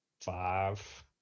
five